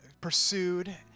pursued